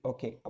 Okay